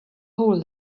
hole